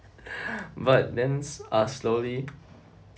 but then ah slowly